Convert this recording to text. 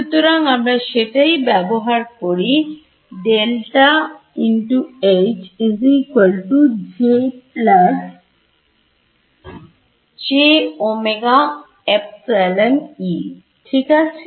সুতরাং আমরা সেটাই ব্যবহার করি ঠিক আছে